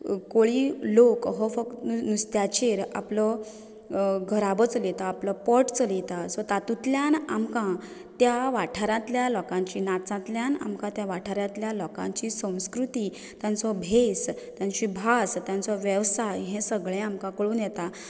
कोळी लोक हो फक्त नुस्त्याचेर आपलो घराबो चलयतात आपलें पोट चलयता सो तातुंतल्यान आमकां त्या वाठारांतल्या लोकांच्या नाचातल्यान आमकां ते वाठारांतल्या लोकांची संस्कृती तांचो भेस तांची भास तांचो वेवसाय हें सगळें आमकां कळून येता